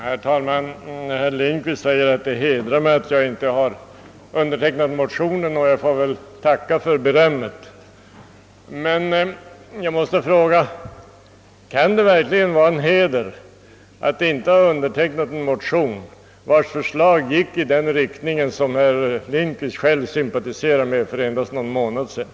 Herr talman! Herr Lindkvist sade att det hedrar mig, att jag inte har undertecknat motionen och jag får väl tacka för berömmet. Men jag måste fråga om det verkligen kan vara en heder att inte ha undertecknat en motion, vars förslag syftade till vad herr Lindkvist själv sympatiserade med för endast någon månad sedan.